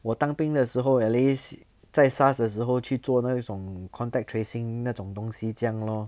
我当兵的时候 at least 在 SARS 的时候去做那一种 contact tracing 那种东西这样 lor